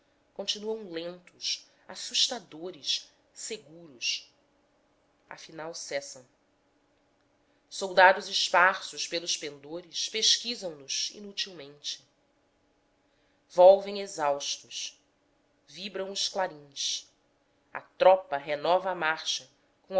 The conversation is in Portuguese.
continuam lentos assustadores seguros afinal cessam soldados esparsos pelos pendores pesquisaram nos inutilmente volvem exaustos vibram os clarins a tropa renova a marcha com